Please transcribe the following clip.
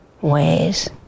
ways